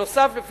נוסף על כך,